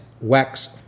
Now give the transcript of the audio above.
wax